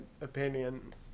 opinion